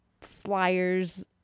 flyers